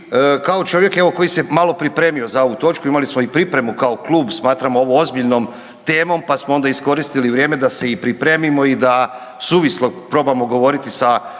kao čovjek evo koji se malo pripremio za ovu točku, imali smo i pripremu kao klub, smatramo ovo ozbiljnom temom pa smo onda iskoristili vrijeme da se i pripremimo i da suvislo probamo govoriti sa